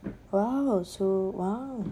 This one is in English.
!wow! so !wow!